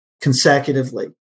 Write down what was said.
consecutively